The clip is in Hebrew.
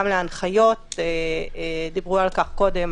גם להנחיות דיברו על כך קודם,